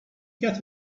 get